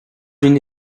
une